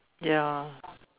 ya